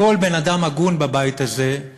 כל בן-אדם הגון בבית הזה,